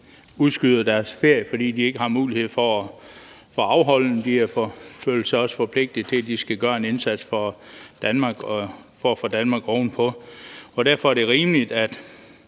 udskyder deres ferie, fordi de ikke har mulighed for at afholde den. De føler sig også forpligtet til, at de skal gøre en indsats for Danmark for at få Danmark ovenpå. Derfor er det rimeligt, at